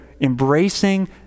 embracing